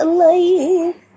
life